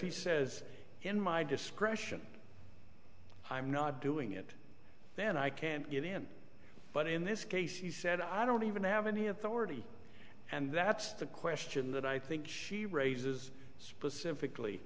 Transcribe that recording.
he says in my discretion i'm not doing it then i can't get in but in this case he said i don't even have any authority and that's the question that i think she raises specifically